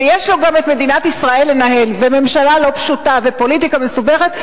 ויש לו גם את מדינת ישראל לנהל וממשלה לא פשוטה ופוליטיקה מסובכת,